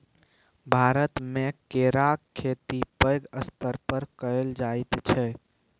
भारतमे केराक खेती पैघ स्तर पर कएल जाइत छै